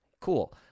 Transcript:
Cool